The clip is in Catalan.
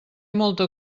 molta